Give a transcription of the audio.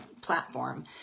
platform